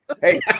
Hey